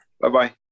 Bye-bye